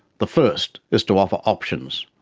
the first is to offer options,